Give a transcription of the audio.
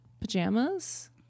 pajamas